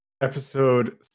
episode